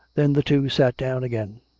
then the two sat down again.